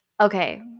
Okay